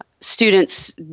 students